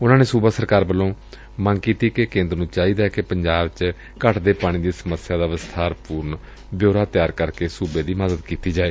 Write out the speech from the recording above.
ਉਨੂਾ ਨੇ ਸੂਬਾ ਸਰਕਾਰ ਵੱਲੋਂ ਮੰਗ ਕੀਤੀ ਏ ਕਿ ਕੇਂਦਰ ਨੂੰ ਚਾਹੀਦੈ ਕਿ ਪੰਜਾਬ ਚ ਘਟਦੇ ਪਾਣੀ ਦੀ ਸਮੱਸਿਆ ਦਾ ਵਿਸਥਾਰਪੁਰਨ ਬਿਊਰਾ ਤਿਆਰ ਕਰਕੇ ਸੁਬੇ ਦੀ ਮਦ੍ਦ ਕੀਤੀ ਜਾਏ